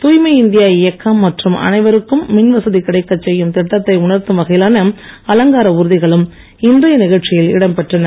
தூய்மை இந்தியா இயக்கம் மற்றும் அனைவருக்கும் மின்வசதி கிடைக்கச் செய்யும் திட்டத்தை உணர்த்தும் வகையிலான அலங்கார ஊர்திகளும் இன்றைய நிகழ்ச்சியில் இடம் பெற்றன